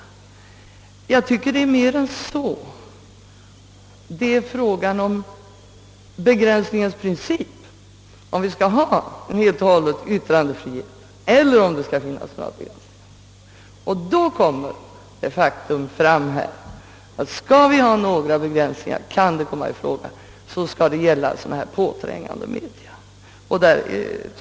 Jag tycker det är mer än så: det är fråga om begränsningens princip — om vi skall ha hel och full yttrandefrihet eller om det skall finnas undantag. Då framträder den uttalade uppfattningen att om några begränsningar skall komma i fråga bör de gälla dylika påträngande media.